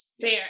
Fair